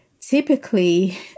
Typically